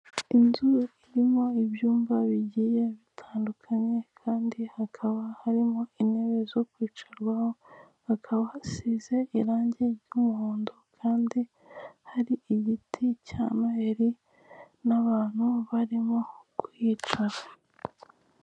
Inzu irimo ibyumba bigiye bitandukanye kandi hakaba harimo intebe zo kwicarwaho, hakaba hasize irange ry'umuhondo kandi hari igiti cya noheli n'abantu barimo kwicara.